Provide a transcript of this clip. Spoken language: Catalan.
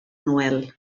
noel